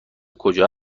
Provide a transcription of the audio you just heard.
کجا